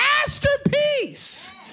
masterpiece